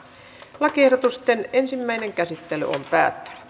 lakiehdotusten ensimmäinen käsittely päättyi